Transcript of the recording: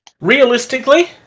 realistically